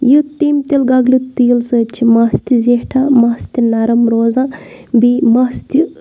یہِ تٔمۍ تِلہٕ گَۄگلہٕ تیٖلہٕ سۭتۍ چھِ مَس تہِ زیٹھان مَس تہِ نرم روزان بیٚیہِ مَس تہِ